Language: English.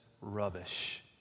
rubbish